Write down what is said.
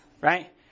Right